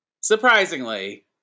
surprisingly